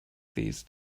these